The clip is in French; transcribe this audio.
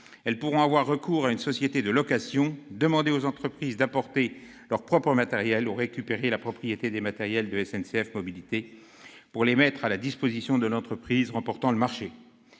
elles pourront avoir recours à une société de location, demander aux entreprises d'apporter leurs propres matériels, ou récupérer la propriété des matériels de SNCF Mobilités pour les mettre à la disposition de l'entreprise remportant le marché.